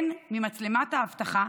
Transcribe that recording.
הן ממצלמת האבטחה